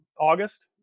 August